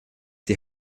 die